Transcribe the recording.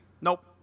Nope